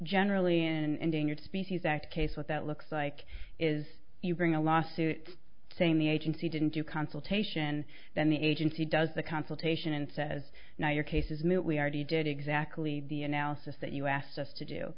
generally an endangered species act case what that looks like is you bring a lawsuit saying the agency didn't do consultation then the agency does the consultation and says now your case is moot we already did exactly the analysis that you asked us to do